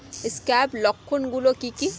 Scab লক্ষণ গুলো কি কি?